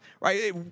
Right